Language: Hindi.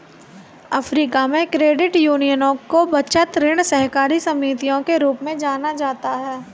अफ़्रीका में, क्रेडिट यूनियनों को बचत, ऋण सहकारी समितियों के रूप में जाना जाता है